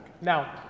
Now